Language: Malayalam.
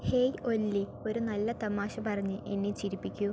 ഹേയ് ഒല്ലി ഒരു നല്ല തമാശ പറഞ്ഞ് എന്നെ ചിരിപ്പിക്കൂ